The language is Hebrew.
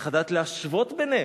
צריך לדעת להשוות ביניהם.